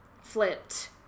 flipped